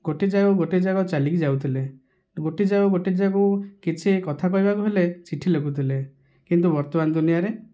ଗୋଟିଏ ଜାଗାକୁ ଗୋଟିଏ ଜାଗା ଚାଲିକି ଯାଉଥିଲେ ଗୋଟିଏ ଜାଗାରୁ ଗୋଟିଏ ଜାଗାକୁ କିଛି କଥା କହିବାକୁ ହେଲେ ଚିଠି ଲେଖୁଥିଲେ କିନ୍ତୁ ବର୍ତ୍ତମାନ ଦୁନିଆଁରେ